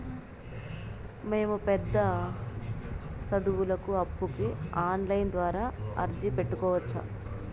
మేము పెద్ద సదువులకు అప్పుకి ఆన్లైన్ ద్వారా అర్జీ పెట్టుకోవచ్చా?